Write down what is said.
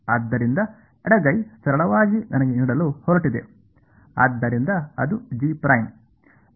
ಆದ್ದರಿಂದ ಎಡಗೈ ಸರಳವಾಗಿ ನನಗೆ ನೀಡಲು ಹೊರಟಿದೆ ಆದ್ದರಿಂದ ಅದು G'